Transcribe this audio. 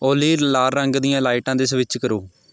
ਓਲੀ ਲਾਲ ਰੰਗ ਦੀਆਂ ਲਾਈਟਾਂ 'ਤੇ ਸਵਿੱਚ ਕਰੋ